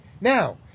Now